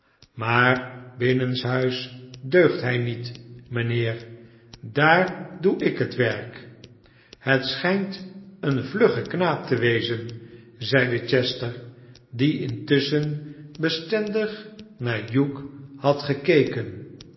maar binnenshuis deugt hij niet mijnheer daar doe ik het werk hij schijnt een vlugge knaap te wezen zeide chester die intusschen bestendig naar hugh had gekeken